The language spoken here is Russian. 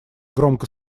громко